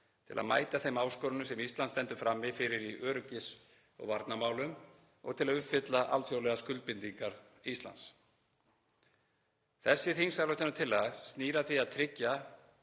til að mæta þeim áskorunum sem Ísland stendur frammi fyrir í öryggis- og varnarmálum og til að uppfylla alþjóðlegar skuldbindingar Íslands.“ Þessi þingsályktunartillaga snýr að því að tryggja